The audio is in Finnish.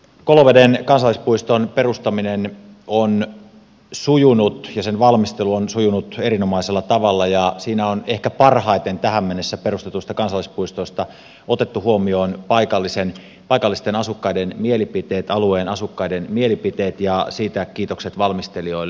koloveden kansallispuiston perustaminen ja sen valmistelu on sujunut erinomaisella tavalla ja siinä on ehkä parhaiten tähän mennessä perustetuista kansallispuistoista otettu huomioon paikallisten asukkaiden mielipiteet alueen asukkaiden mielipiteet ja siitä kiitokset valmistelijoille